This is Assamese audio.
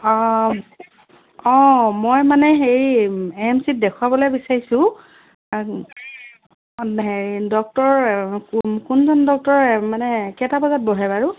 অঁ অঁ মই মানে হেৰি এ এম চিত দেখুৱাবলে বিচাৰিছোঁ হেৰি ডক্টৰ কোন কোনজন ডক্টৰ মানে কেইটা বজাত বহে বাৰু